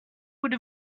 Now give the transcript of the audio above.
would